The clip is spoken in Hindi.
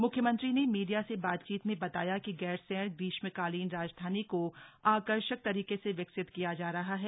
म्ख्यमंत्री ने मीडिया से बातचीत में बताया कि गैरसैंण ग्रीष्माकालीन राजधानी को आकर्षक तरीके से विकसित किया जा रहा है